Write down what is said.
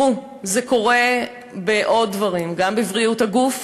זה קורה בעוד דברים: גם בבריאות הגוף,